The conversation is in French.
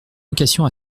vocation